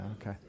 okay